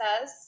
says